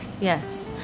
Yes